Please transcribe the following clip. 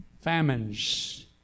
famines